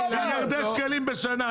מיליארדי שקלים בשנה.